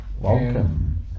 Welcome